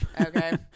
Okay